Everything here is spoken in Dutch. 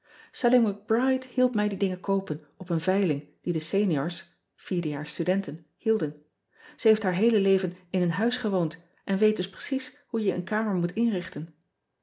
c ride hielp mij die dingen koopen op een veiling die de eniors vierde jaars studenten hielden ij heeft haar heele leven in een huis gewoond en weet dus precies hoe je een kamer moet inrichten